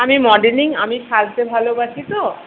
আমি মডেলিং আমি সাজতে ভালোবাসি তো